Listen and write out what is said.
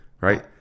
right